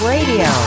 Radio